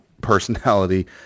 personality